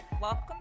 welcome